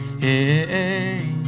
Hey